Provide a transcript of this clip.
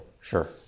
Sure